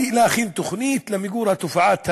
להכין תוכנית למיגור תופעת האלימות,